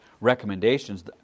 recommendations